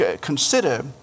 consider